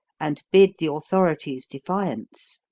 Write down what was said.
and bid the authorities defiance.